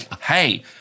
hey